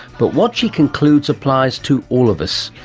but what she concludes applies to all of us.